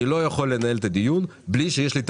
אני לא יכול לנהל את הדיון בלי שיש לי את